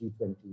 G20